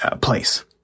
place